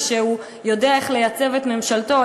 זה שהוא יודע איך לייצב את ממשלתו,